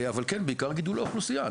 אבל כן, בעיקר גידול האוכלוסייה.